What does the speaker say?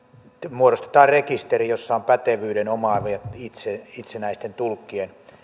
muodostetaan rekisteri jossa on pätevyyden omaavien itsenäisten tulkkien